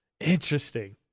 Interesting